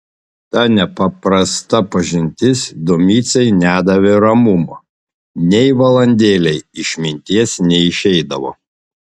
ta nepaprasta pažintis domicei nedavė ramumo nei valandėlei iš minties neišeidavo